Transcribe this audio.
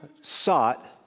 sought